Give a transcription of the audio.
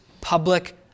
public